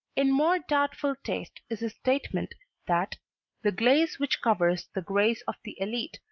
in more doubtful taste is his statement that the glace which covers the grace of the elite,